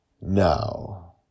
now